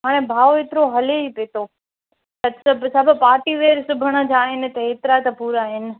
हाणे भाउ एतिरो हले ई पियो थो अॼु त सभु पार्टी वेअर सिबण जा आहिनि त एतिरा त पूरा आहिनि